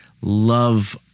love